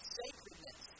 sacredness